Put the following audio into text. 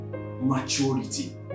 maturity